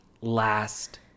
last